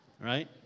Right